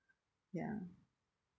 ya